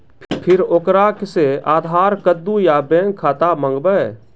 फिर ओकरा से आधार कद्दू या बैंक खाता माँगबै?